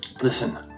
Listen